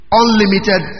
unlimited